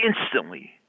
instantly